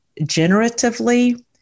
generatively